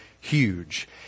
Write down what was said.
huge